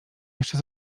jeszcze